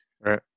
Right